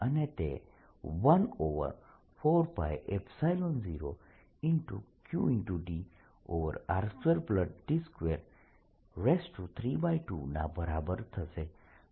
અને તે 14π0qdr2d232 ના બરાબર થશે